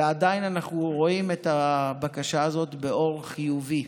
ועדיין אנחנו רואים את הבקשה הזאת באור חיובי.